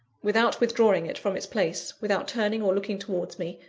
without withdrawing it from its place, without turning or looking towards me,